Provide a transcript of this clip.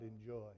enjoy